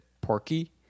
porky